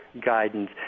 guidance